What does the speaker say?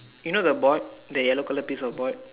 you know the board the yellow color piece of board